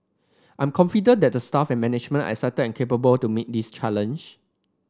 I'm confident that the staff and management are excited and capable to meet this challenge